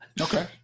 Okay